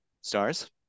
stars